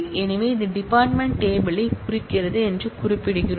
எனவே இது department table யை குறிக்கிறது என்று குறிப்பிடுகிறோம்